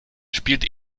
spielt